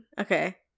Okay